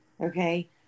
okay